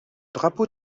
drapeau